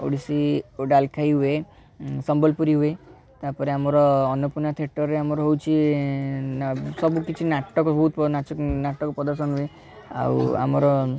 ଓଡ଼ିଶୀ ଓ ଡାଲଖାଇ ହୁଏ ସମ୍ବଲପୁରୀ ହୁଏ ତା'ପରେ ଆମର ଅନ୍ନପୂର୍ଣା ଥିଏଟର୍ରେ ଆମର ହେଉଛି ସବୁକିଛି ନାଟକ ବହୁତ ନାଟକ ପ୍ରଦର୍ଶନ ହୁଏ ଆଉ ଆମର